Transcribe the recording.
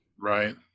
Right